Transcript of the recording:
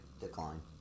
Decline